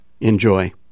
Enjoy